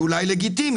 היא אולי לגיטימית.